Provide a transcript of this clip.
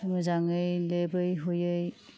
मोजाङै लेबै हुयै